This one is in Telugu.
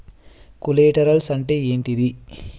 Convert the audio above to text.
కొలేటరల్స్ అంటే ఏంటిది?